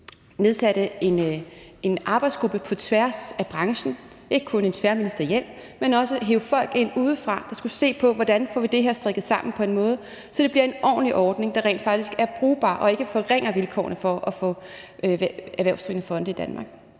en arbejdsgruppe på tværs af brancherne – ikke kun en tværministeriel, men også bestående af folk udefra – der skulle se på, hvordan vi kunne få det her strikket sammen på en måde, så det blev en ordentlig ordning, der rent faktisk var brugbar og ikke forringede vilkårene for at få erhvervsdrivende fonde i Danmark.